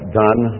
done